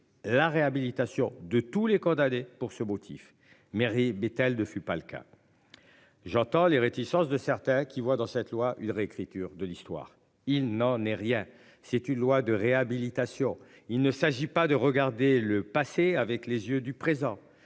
la réhabilitation de tous les condamnés pour ce motif mairie Bettel deux fut pas le cas. J'entends les réticences de certains qui voient dans cette loi une réécriture de l'histoire, il n'en est rien, c'est une loi de réhabilitation. Il ne s'agit pas de regarder le passé avec les yeux du présent